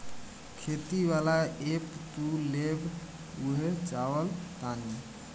खेती वाला ऐप तू लेबऽ उहे चलावऽ तानी